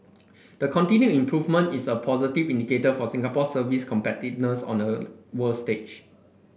the continued improvement is a positive indicator for Singapore's service competitiveness on a world stage